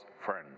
friend